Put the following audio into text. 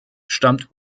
stammt